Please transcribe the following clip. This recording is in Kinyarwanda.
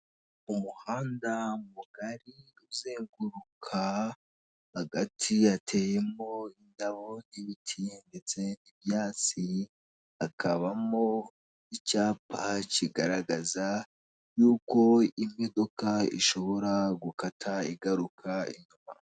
Umuhanda mugari uzenguruka agace gateyemo indabo n'ibiti ndetse n'ibyatsi, hakabamo icyapa kigaragaza y'uko imodoka ishobora gukata igaruka inyuma.